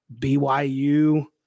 BYU